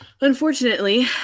unfortunately